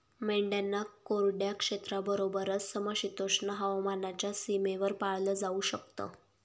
मेंढ्यांना कोरड्या क्षेत्राबरोबरच, समशीतोष्ण हवामानाच्या सीमेवर पाळलं जाऊ शकत